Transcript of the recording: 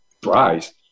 price